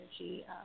energy